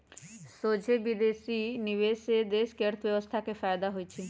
सोझे विदेशी निवेश से देश के अर्थव्यवस्था के फयदा होइ छइ